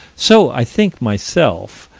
so i think, myself,